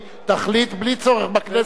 בלי צורך בכנסת,